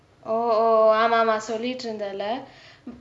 oh oh ஆமா ஆமா சொல்லிட்டு இருந்தேலே:aama aama sollitu irunthaelae